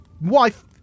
wife